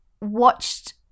watched